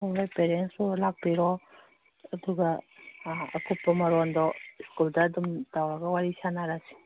ꯅꯣꯏ ꯄꯦꯔꯦꯟꯁ ꯄꯨꯔ ꯂꯥꯛꯄꯤꯔꯣ ꯑꯗꯨꯒ ꯑꯀꯨꯞꯄ ꯃꯔꯣꯟꯗꯣ ꯁ꯭ꯀꯨꯜꯗ ꯑꯗꯨꯝ ꯇꯧꯔꯒ ꯋꯥꯔꯤ ꯁꯥꯟꯅꯔꯁꯤ